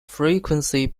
frequency